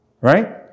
Right